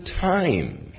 time